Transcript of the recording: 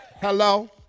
Hello